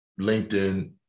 linkedin